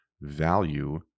value